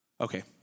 Okay